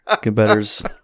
competitors